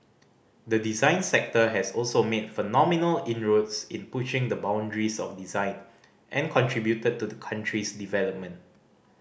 the design sector has also made phenomenal inroads in pushing the boundaries of design and contributed to the country's development